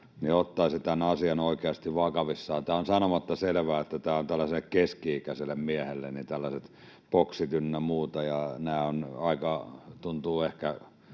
— se ottaisi tämän asian oikeasti vakavissaan. Tämä on sanomatta selvää, että tällaiselle keski-ikäiselle miehelle tällaiset boxit ynnä muut tuntuvat ehkä